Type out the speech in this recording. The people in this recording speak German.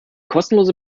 kostenlose